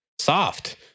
Soft